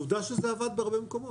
ועובדה שזה עבד בהרבה מקומות.